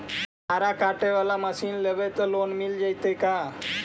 चारा काटे बाला मशीन लेबे ल लोन मिल जितै का?